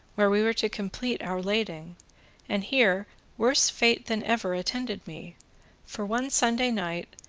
where we were to complete our lading and here worse fate than ever attended me for one sunday night,